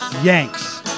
Yanks